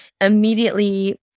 immediately